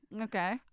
Okay